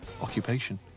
occupation